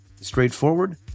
straightforward